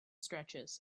stretches